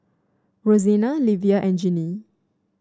Rosena Livia and Ginny